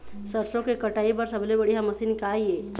सरसों के कटाई बर सबले बढ़िया मशीन का ये?